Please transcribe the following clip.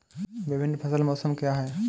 विभिन्न फसल मौसम क्या हैं?